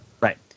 Right